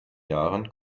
jahren